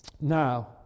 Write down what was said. Now